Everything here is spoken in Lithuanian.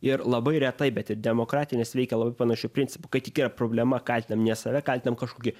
ir labai retai bet ir demokratinės veikia labai panašiu principu kai tik yra problema kaltinam ne save ten kažkokį